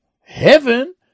heaven